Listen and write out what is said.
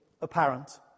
apparent